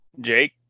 Jake